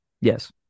Yes